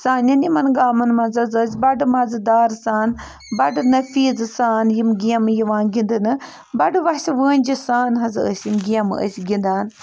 سانٮ۪ن یِمَن گامَن منٛز حظ ٲسۍ بَڑٕ مزٕدار سان بَڑٕ نٔفیٖزٕ سان یِم گیمہٕ یِوان گِنٛدنہٕ بَڑٕ وَسہِ وٲنٛجہِ سان حظ ٲسۍ یِم گیمہٕ أسۍ گِنٛدان